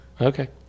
Okay